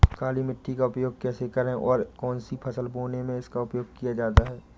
काली मिट्टी का उपयोग कैसे करें और कौन सी फसल बोने में इसका उपयोग किया जाता है?